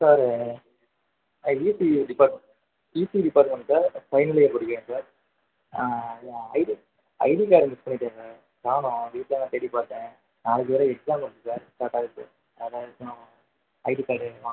sir ECE department ECE department sir final year படிக்கிறேன் sir என் ID ID card miss பண்ணிவிட்டேன் sir காணும் வீட்லலாம் தேடி பார்த்தேன் நாளைக்கு வேறு எக்ஸாம் இருக்கு சார் ஸ்டார்ட் ஆவுது அதான் அதுக்கு ஐடி கார்டு வேணும் வாங்கணும் சார்